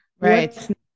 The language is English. right